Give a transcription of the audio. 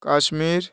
Kashmir